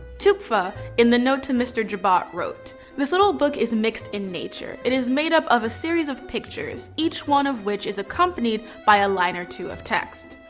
topffer, in the note to mr jabot wrote this little book is mixed in nature. it is made up of a series of pictures each one of which is accompanied by a line or two of text.